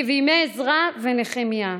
כבימי עזרא ונחמיה,